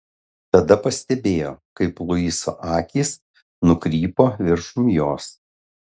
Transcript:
tada pastebėjo kaip luiso akys nukrypo viršum jos